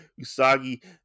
Usagi